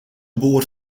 boor